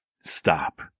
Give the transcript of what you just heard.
stop